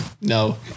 No